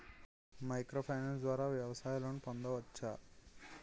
Micro finance ద్వారా వ్యవసాయ loan పొందవచ్చా?